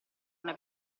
una